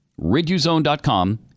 RidUZone.com